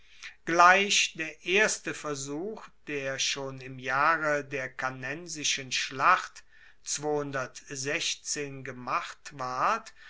gleich der erste versuch der schon im jahre der cannensischen schlacht gemacht ward